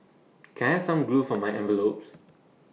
can I have some glue for my envelopes